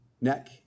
neck